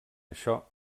això